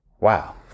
Wow